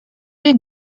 این